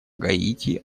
гаити